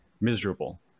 miserable